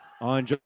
on